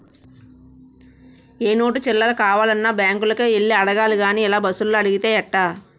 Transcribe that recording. ఏ నోటు చిల్లర కావాలన్నా బాంకులకే యెల్లి అడగాలి గానీ ఇలా బస్సులో అడిగితే ఎట్టా